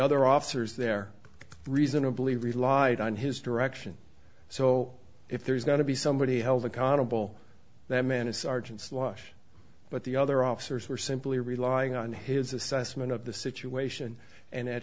other officers there reasonably relied on his direction so if there's going to be somebody held accountable that man is sergeant slosh but the other officers were simply relying on his assessment of the situation and